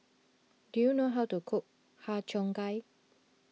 do you know how to cook Har Cheong Gai